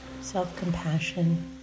self-compassion